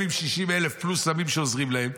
הם עם 60,000 פלוס עמים שעוזרים להם,